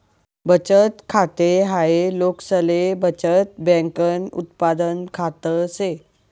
बचत खाते हाय लोकसले बचत बँकन उत्पादन खात से